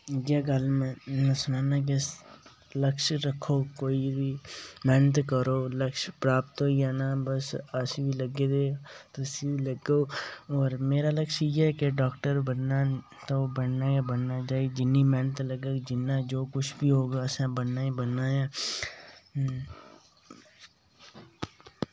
इ'यै गल्ल में में सनाना के लक्ष्य रक्खो कोई बी मैह्नत करो लक्ष्य प्राप्त होई जाना बस अस बी लग्गे दे तुस बी लग्गो होर मेरा लक्ष्य इ'यै के डाक्टर बनना ते ओह् बनना गै बनना चाहे जिन्नी मैह्नत लग्गग जिन्ना जो किश बी होग असें बनना ही बनना ऐ